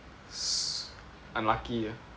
s~ unlucky ah